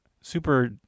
super